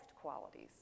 qualities